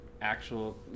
actual